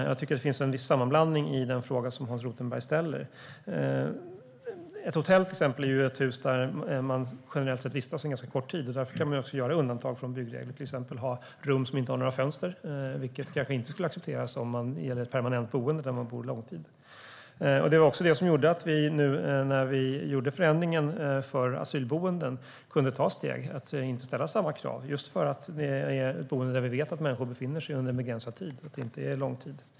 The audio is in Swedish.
Jag tycker att det finns en viss sammanblandning i den fråga som Hans Rothenberg ställer. Ett hotell till exempel är ett hus där man generellt sett vistas en ganska kort tid, och därför kan man också göra undantag från byggregler och till exempel ha rum som saknar fönster, vilket kanske inte skulle accepteras om det gäller ett permanent boende där man bor lång tid. Det var också det som gjorde att vi när vi gjorde förändringen för asylboenden kunde ta steg att inte ställa samma krav. Vi vet ju att detta är boenden där människor befinner sig under en begränsad tid och inte under en lång tid.